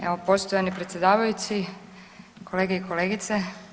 Evo poštovani predsjedavajući, kolege i kolegice.